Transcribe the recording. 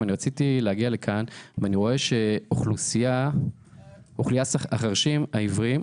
אוכלוסיית החירשים העיוורים,